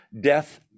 death